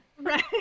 Right